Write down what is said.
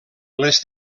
les